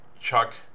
Chuck